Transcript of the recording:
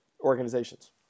organizations